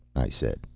i said.